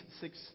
six